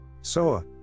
SOA